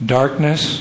darkness